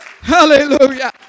hallelujah